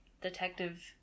Detective